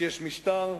כשיש משטר,